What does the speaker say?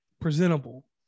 presentable